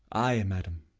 ay, madam.